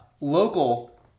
local